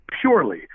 purely